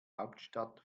hauptstadt